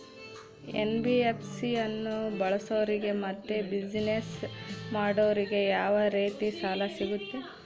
NBFC ಅನ್ನು ಬಳಸೋರಿಗೆ ಮತ್ತೆ ಬಿಸಿನೆಸ್ ಮಾಡೋರಿಗೆ ಯಾವ ರೇತಿ ಸಾಲ ಸಿಗುತ್ತೆ?